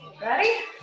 Ready